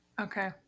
Okay